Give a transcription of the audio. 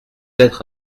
être